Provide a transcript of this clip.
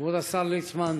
כבוד השר ליצמן,